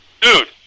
Dude